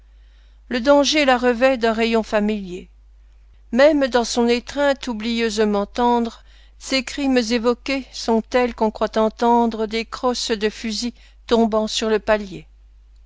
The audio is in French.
le danger la revêt d'un rayon familier même dans son étreinte oublieusement tendre ses crimes évoqués sont tels qu'on croit entendre des crosses de fusils tombant sur le palier